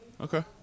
Okay